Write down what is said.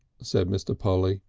said mr. polly.